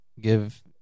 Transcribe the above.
give